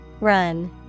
Run